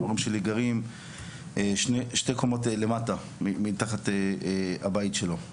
ההורים שלי גרים שתי קומות מתחת לבית שלו.